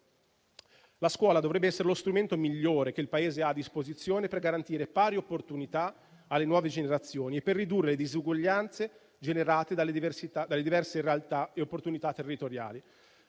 La scuola dovrebbe essere lo strumento migliore che il Paese ha a disposizione per garantire pari opportunità alle nuove generazioni e per ridurre le disuguaglianze generate dalle diverse realtà e opportunità territoriali.